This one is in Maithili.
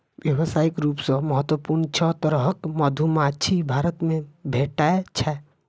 व्यावसायिक रूप सं महत्वपूर्ण छह तरहक मधुमाछी भारत मे भेटै छै